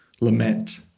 lament